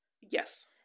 yes